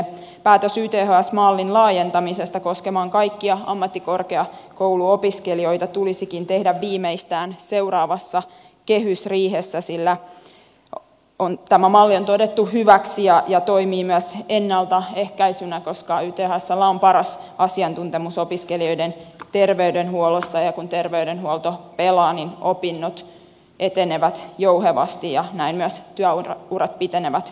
päätös yths mallin laajentamisesta koskemaan kaikkia ammattikorkeakouluopiskelijoita tulisikin tehdä viimeistään seuraavassa kehysriihessä sillä tämä malli on todettu hyväksi ja toimii myös ennaltaehkäisynä koska ythsllä on paras asiantuntemus opiskelijoiden terveydenhuollossa ja kun terveydenhuolto pelaa niin opinnot etenevät jouhevasti ja näin myös työurat pitenevät